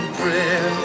prayer